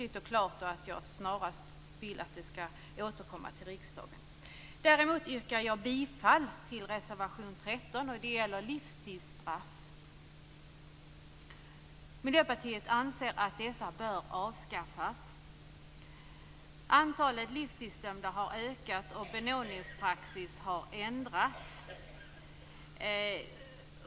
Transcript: Jag vill att detta snarast återkommer till riksdagen. Däremot yrkar jag bifall till reservation 13. Den gäller livstidsstraff. Miljöpartiet anser att dessa bör avskaffas. Antalet livstidsdömda har ökat och benådningspraxis har ändrats.